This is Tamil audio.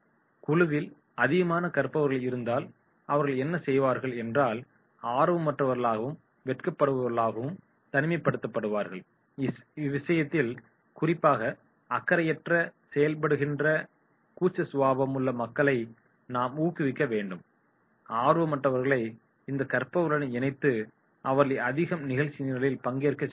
குழுவில் அதிகமான கற்பவர்கள் இருந்தால் அவர்கள் என்ன செய்வார்கள் என்றால் ஆர்வமற்றவர்களையும் வெட்கப்படுபவர்களையும் தனிமைப்படுத்துவார்கள் இவ்விஷயத்தில் குறிப்பாக அக்கறையற்ற வெட்கப்படுகிற கூச்ச சுபாவமுள்ள மக்களை நாம் ஊக்குவிக்க வேண்டும் ஆர்வமற்றவர்களை இந்த கற்பவர்களுடன் இணைத்து அவர்களை அதிகம் நிகழ்ச்சி நிரலில் பங்கேற்கச் செய்ய வேண்டும்